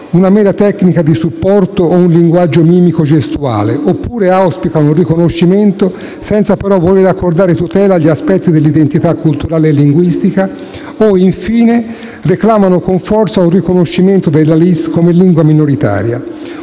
una mera tecnica di supporto o un linguaggio mimico-gestuale, oppure auspicano un riconoscimento senza però voler accordare tutela agli aspetti dell'identità culturale e linguistica o, infine, reclamano con forza un riconoscimento della LIS come lingua minoritaria.